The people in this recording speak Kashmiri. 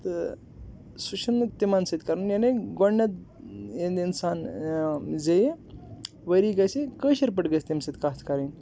تہٕ سُہ چھُنہٕ تِمن سۭتۍ کَرُن یعنی گۄڈنٮ۪تھ ییٚلہِ اِنسان زیٚیہِ ؤری گَژھِ کٲشر پٲٹھۍ گَژھِ تٔمِس سۭتۍ کَتھ کَرٕنۍ